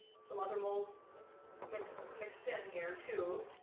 some other moles mixed mixed mixed in here too,